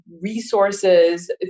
resources